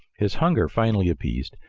his hunger finally appeased,